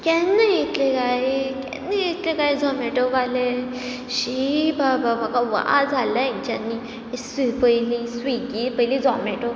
केन्ना येतलें गाय केन्ना येतलें गाय झोमेटोवाले शी बाबा म्हाका वाज हाडला हेंच्यांनी स्विगी पयलीं स्विगी पयलीं झोमेटो